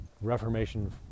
reformation